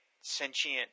sentient